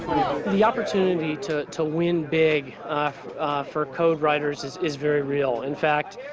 the opportunity to to win big for code writers is is very real. in fact,